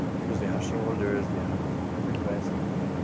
and because they have shareholders, they have prepress, and everything.